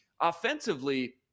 offensively